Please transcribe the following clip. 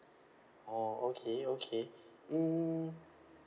orh okay okay mm